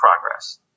progress